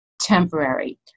temporary